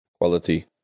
Quality